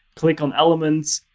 click on elements.